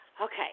Okay